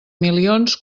milions